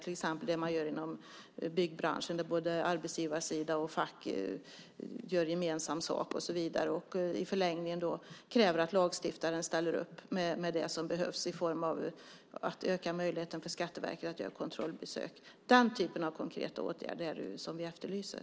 Till exempel gör man det inom byggbranschen där arbetsgivarsidan och facket gör gemensam sak och i förlängningen kräver att lagstiftaren ställer upp med det som behövs i form av ökade möjligheter för Skatteverket att göra kontrollbesök. Det är den typen av konkreta åtgärder vi efterlyser.